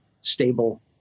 stable